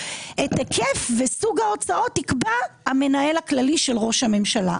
את היקף וסוג ההוצאות יקבע המנהל הכללי של ראש הממשלה.